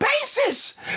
basis